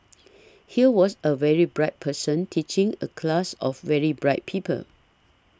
here was a very bright person teaching a class of very bright people